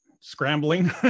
scrambling